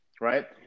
right